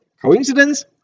Coincidence